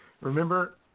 Remember